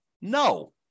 No